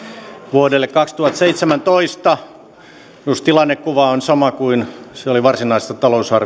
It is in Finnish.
vuodelle kaksituhattaseitsemäntoista myös tilannekuva on sama kuin se oli varsinaista